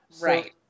Right